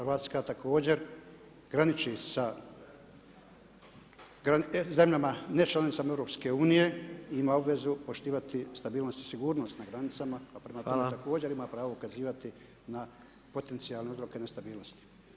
RH također graniči sa zemljama nečlanicama EU, ima obvezu poštivati stabilnost i sigurnost na granicama [[Upadica: Hvala.]] , a prema tome ima pravo ukazivati na potencijalne uzroke nestabilnosti.